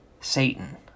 Satan